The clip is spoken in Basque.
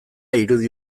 irudi